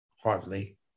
hardly